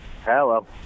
Hello